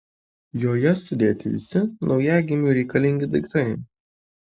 joje sudėti visi naujagimiui reikalingi daiktai